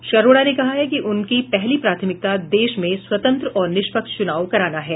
श्री अरोड़ा ने कहा है कि उनकी पहली प्राथमिकता देश में स्वतंत्र और निष्पक्ष च्रनाव कराना है